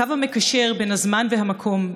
הקו המקשר בין הזמן והמקום,